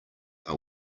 are